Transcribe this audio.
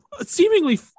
Seemingly